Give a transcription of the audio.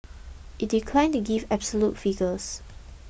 it declined to give absolute figures